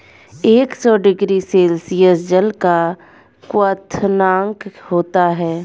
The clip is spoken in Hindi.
एक सौ डिग्री सेल्सियस जल का क्वथनांक होता है